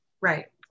Right